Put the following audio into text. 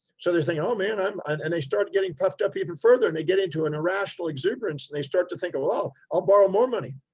so they're saying, oh man. um and and they started getting puffed up even further. and they get into an irrational exuberance and they start to think of, well, ah i'll borrow more money,